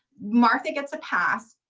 martha gets a pass.